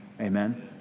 Amen